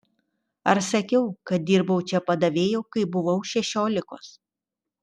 ar sakiau kad dirbau čia padavėju kai buvau šešiolikos